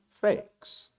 fakes